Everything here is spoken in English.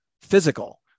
physical